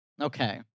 okay